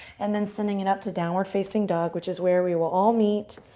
and then sending it up to downward facing dog, which is where we will all meet,